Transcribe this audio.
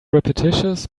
repetitious